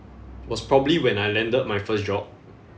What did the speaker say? was probably when I landed my first job